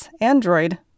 Android